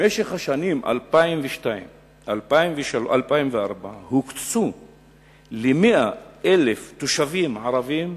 במשך השנים 2002 2004 הוקצו ל-100,000 תושבים ערבים